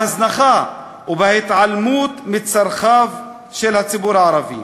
בהזנחה ובהתעלמות מצרכיו של הציבור הערבי.